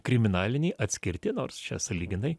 kriminaliniai atskirti nors čia sąlyginai